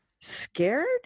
scared